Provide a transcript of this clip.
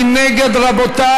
מי נגד?